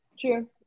true